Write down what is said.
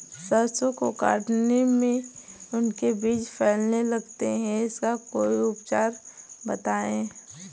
सरसो को काटने में उनके बीज फैलने लगते हैं इसका कोई उपचार बताएं?